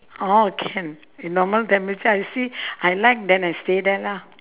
orh can in normal temperature I'll see I like then I stay there lah